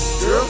girl